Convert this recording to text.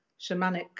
shamanic